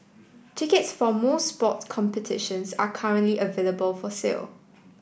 tickets for most sports competitions are currently available for sale